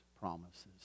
promises